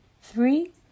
three